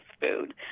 food